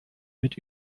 mit